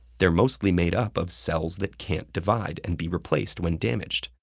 they're mostly made up of cells that can't divide and be replaced when damaged,